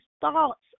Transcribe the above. thoughts